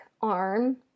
arm